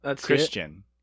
Christian